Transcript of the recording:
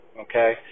okay